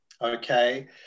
Okay